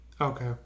Okay